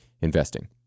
investing